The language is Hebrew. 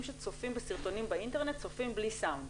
שצופים בסרטונים באינטרנט צופים בלי סאונד,